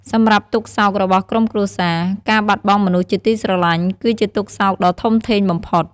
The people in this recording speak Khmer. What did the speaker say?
សម្រាប់ទុក្ខសោករបស់ក្រុមគ្រួសារ៖ ការបាត់បង់មនុស្សជាទីស្រឡាញ់ គឺជាទុក្ខសោកដ៏ធំធេងបំផុត។